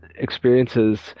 experiences